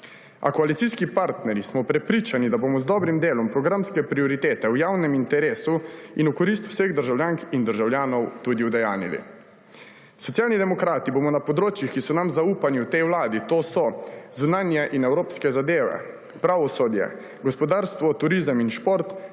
A koalicijski partnerji smo prepričani, da bomo z dobrim delom programske prioritete v javnem interesu in v korist vseh državljank in državljanov tudi udejanjili. Socialni demokrati bomo na področjih, ki so nam zaupana v tej Vladi, to so zunanje in evropske zadeve, pravosodje, gospodarstvo, turizem in šport